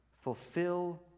fulfill